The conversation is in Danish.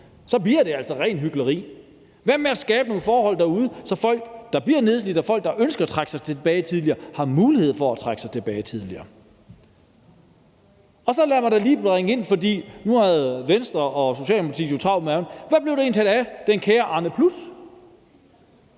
så bliver det altså rent hykleri. Hvad med at skabe nogle forhold derude, så folk, der bliver nedslidte, og folk, der ønsker at trække sig tidligere tilbage, har en mulighed for at trække sig tidligere tilbage? Lad mig da så også lige bringe andet noget ind, for nu havde Venstre og Socialdemokratiet jo travlt med ham: Hvad blev der egentlig talt af den kære Arneplus?